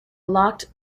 locked